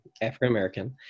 African-American